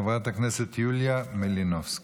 חברת הכנסת יוליה מלינובסקי.